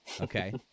Okay